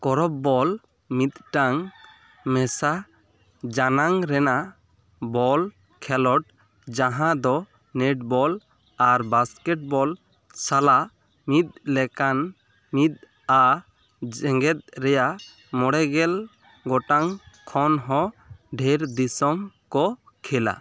korfball ᱢᱤᱫᱴᱟᱝ ᱢᱮᱥᱟ ᱡᱟᱱᱟᱝ ᱨᱮᱱᱟᱜ ᱵᱚᱞ ᱠᱷᱮᱞᱳᱸᱰ ᱡᱟᱦᱟᱸ ᱫᱚ ᱱᱮᱴᱵᱚᱞ ᱟᱨ ᱵᱟᱥᱠᱮᱴᱵᱚᱞ ᱥᱟᱞᱟᱜ ᱢᱤᱫ ᱞᱮᱠᱟᱱ ᱢᱤᱫᱼᱟ ᱡᱮᱜᱮᱫ ᱨᱮᱱᱟᱜ ᱢᱚᱬᱮ ᱜᱮᱞ ᱜᱚᱴᱟᱝ ᱠᱷᱚᱱ ᱦᱚᱸ ᱰᱷᱮᱨ ᱫᱤᱥᱚᱢ ᱠᱚ ᱠᱷᱮᱞᱟ